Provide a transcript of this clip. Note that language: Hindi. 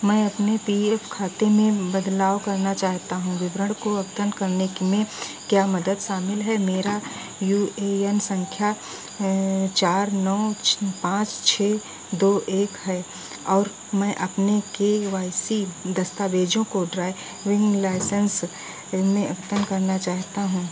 मैं अपने पी एफ़ खाते में बदलाव करना चाहता हूँ विवरण को अवतन करने में क्या मदद शामिल है मेरा यू ए यन संख्या चार नौ पाँच छः दो एक है और मैं अपने के वाई सी दस्तावेज़ों को ड्राइ विंग लायसेंस में अवतन करना चाहता हूँ